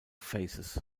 faces